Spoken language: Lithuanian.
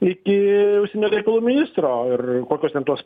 iki užsienio reikalų ministro ir kokios ten tos